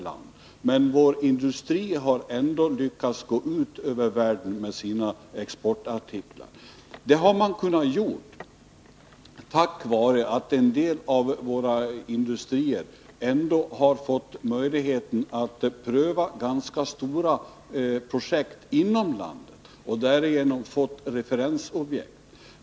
Ändå har vår industri lyckats nå ut över världen med sina exportartiklar. Det har den kunnat göra tack vare att en del av våra industrier har fått möjligheten att svara för stora projekt inom landet. Därigenom har de fått referensobjekt.